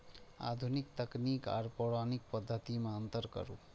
आधुनिक तकनीक आर पौराणिक पद्धति में अंतर करू?